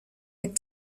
had